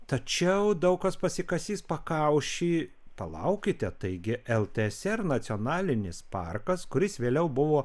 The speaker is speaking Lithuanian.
tačiau daug kas pasikasys pakaušį palaukite taigi ltsr nacionalinis parkas kuris vėliau buvo